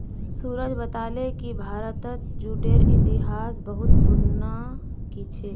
सूरज बताले कि भारतत जूटेर इतिहास बहुत पुनना कि छेक